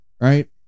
Right